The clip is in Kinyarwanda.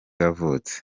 yavutse